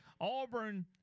Auburn